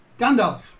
Gandalf